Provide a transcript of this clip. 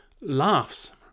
laughs